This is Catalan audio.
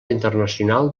internacional